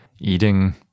eating